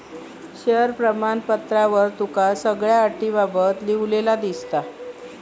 share प्रमाणपत्रावर तुका सगळ्यो अटींबाबत लिव्हलेला दिसात